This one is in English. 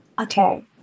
okay